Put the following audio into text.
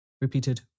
repeated